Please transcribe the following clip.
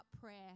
prayer